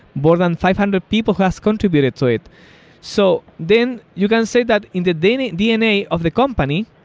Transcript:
more than five hundred people has contributed to it. so then you can say that in the dna dna of the company,